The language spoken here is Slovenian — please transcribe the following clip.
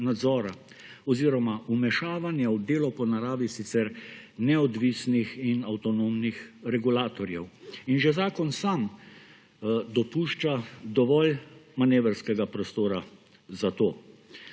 nadzora oziroma vmešavanje v delo po naravi sicer neodvisnih in avtonomnih regulatorjev. In že zakon sam dopušča dovolj manevrskega prostora za to.